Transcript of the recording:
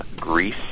Greece